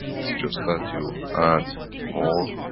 it's just that you add more,